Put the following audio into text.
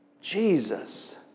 Jesus